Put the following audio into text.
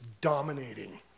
dominating